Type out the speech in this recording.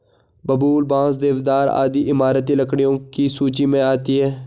बबूल, बांस, देवदार आदि इमारती लकड़ियों की सूची मे आती है